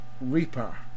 Reaper